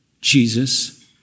Jesus